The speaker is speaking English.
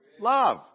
Love